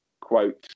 quote